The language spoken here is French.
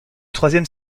troisième